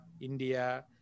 India